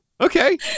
Okay